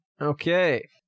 Okay